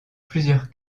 plusieurs